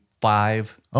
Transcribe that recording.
Five